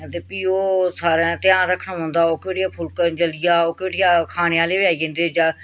ते फ्ही ओह् सारें ध्यान रक्खना पौंदा ओह्कड़ी फुलके नी जली ओह्कड़ी खाने आह्लें बी आई जंदे जा